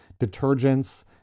detergents